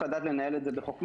צריך לדעת לנהל את זה בחכמה.